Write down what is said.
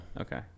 okay